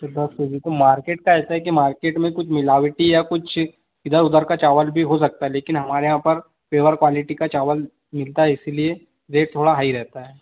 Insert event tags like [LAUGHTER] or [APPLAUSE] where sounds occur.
[UNINTELLIGIBLE] दस के जी तो मार्केट का ऐसा है कि मार्केट में कुछ मिलावटी या कुछ इधर उधर का चावल भी हो सकता है लेकिन हमारे यहाँ पर पेवर क्वालिटी का चावल मिलता है इसीलिए रेट थोड़ा हाई रहता है